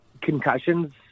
concussions